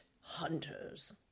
hunters